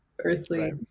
earthly